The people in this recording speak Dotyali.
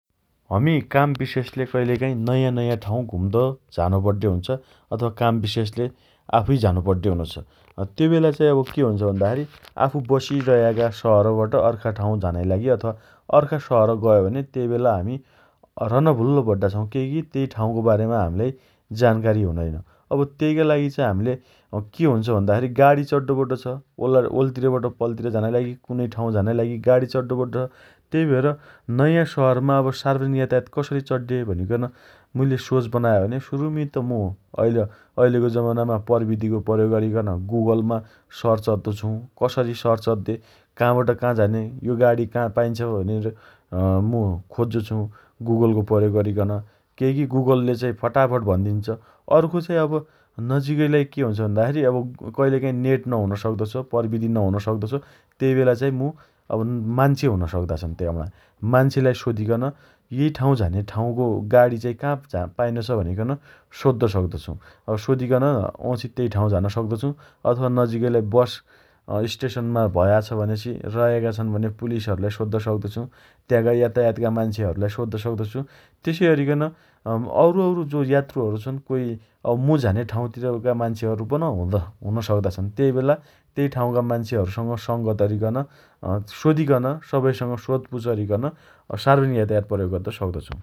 हमी काम विशेषले कहीलेकाहीँ नयाँ नयाँ ठाउँ घुम्द झानो पड्डे हुन्छ । अथवा काम विशेषले आफूइ झानो पड्डे हुनोछ । त्यो बेला चाइ अब के हुन्छ भन्दाखेरी आफू बसिरयाका सहरबाट अर्का ठाउँ झानाइ लागि अथवा अर्का सहर गयो भने तेइबेला हमी रनभूल्ल पड्डा छौं । केइकी तेइ ठाउँको बारेमा हम्लाई जानकारी हुनैन । अब तेइका लागि चा हाम्ले के हुन्छ भन्दाखेरी गाडी चड्डो पड्डो छ । वल्ला वल्तिरबट पल्तिर झानाइ लागि कुनै ठाउँ झानाइ लागि गाडी चड्डो पड्डो छ । तेइ भएर नयाँ सहरमा अब सार्वजनिक यातायात कसरी चड्डे भनिकन मुइले सोच बनाए भने सुरुमी त मु अइल अइलेको जमानामा प्रविधिको प्रयोग गरिकन गुगलमा सर्च अद्दो छु । कसरी सर्च अद्दे, काँबाट काँ झाने, यो गाडी का पाइन्छ भनेर अँ खोज्जो छु । गुगलको प्रयोग अरिकन । केइकी गुगलले फटाफट भन्दिन्छ । अर्को चाइ अब नजिक्कैलाइ के हुन्छ भन्दाखेरी अब कइलेकाइ नेट नहुन सक्दो छ । प्रविधि नहुन सक्दोछ । तेइ बेला चाइ मु अब म मान्छे हुन सक्दा छन् त्याम्णा । मान्छेलाई सोधिकन एइ ठाउँ झाने ठाउँको गाणी का पाइनो छ भनिकन सोध्ध सक्दो छु । सोधीकन वाँउछि तेइ ठाउँ झान सक्दो छु । अथवा नजिकैलाई बस अँ स्टेशन भया छ भनेपछि रायाका छन् भने पुलिसहरुलाई सोद्द सक्दो छु । त्याँका यातायातका मान्छेहरुलाई सोद्द सक्दो छु । तेसइ अरिकन अ औरुऔरु यात्रुहरु छन् कोइ मु झाने ठाउँतिरका मान्छेपन हुन सक्दा छन् । तेइबेला तेइ ठाउँका मान्छेहरुसँग संगत अरिकन अँ सोधिकन सबैसँग सोधपुछ अरिकन सार्वजनिक यातायात प्रयोग अद्द सक्दो छु ।